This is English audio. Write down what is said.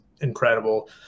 incredible